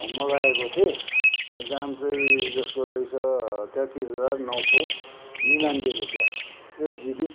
मगाएको थिएँ दाम चाहिँ जसको रहेछ तेत्तिस हजार नौ सौ निनानब्बे रुपियाँ एट जिबी